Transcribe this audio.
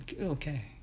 okay